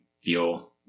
feel